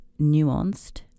nuanced